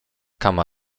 kama